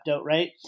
right